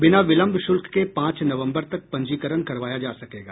बिना विलंब शुल्क के पांच नवम्बर तक पंजीकरण करवाया जा सकेगा